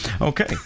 Okay